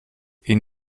ihn